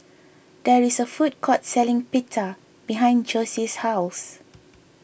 there is a food court selling Pita behind Jossie's house